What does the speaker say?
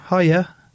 hiya